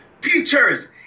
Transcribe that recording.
teachers